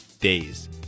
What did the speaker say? days